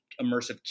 immersive